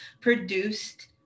produced